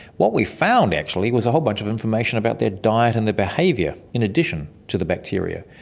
what we found actually was a whole bunch of information about their diet and their behaviour, in addition to the bacteria.